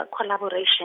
collaboration